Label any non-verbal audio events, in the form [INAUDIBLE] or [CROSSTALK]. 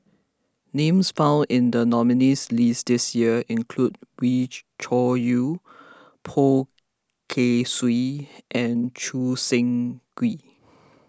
names found in the nominees' list this year include Wee [UNINTELLIGIBLE] Cho Yaw Poh Kay Swee and Choo Seng Quee